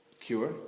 cure